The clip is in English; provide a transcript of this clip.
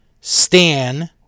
Stan